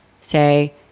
say